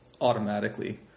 automatically